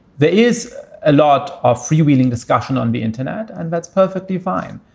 there is a lot of freewheeling discussion on the internet, and that's perfectly fine.